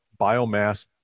biomass